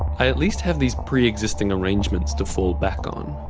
i at least have these pre-existing arrangements to fall back on.